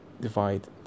divide